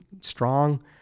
strong